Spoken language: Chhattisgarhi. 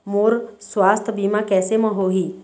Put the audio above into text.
मोर सुवास्थ बीमा कैसे म होही?